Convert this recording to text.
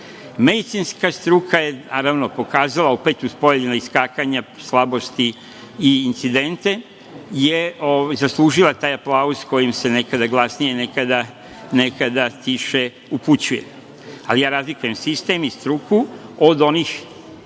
uključeni. Medicinska struka je pokazala opet, uz pojedina iskakanja slabosti i incidente, je zaslužila taj aplauz koji im se nekada glasnije, nekada tiše upućuje, ali razlikujem sistem i struku od onih pod